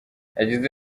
yagize